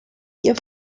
ihr